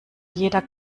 jeder